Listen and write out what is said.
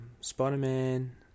Spider-Man